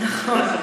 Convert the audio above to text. נכון.